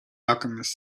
alchemist